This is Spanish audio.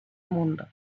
mundo